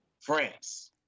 France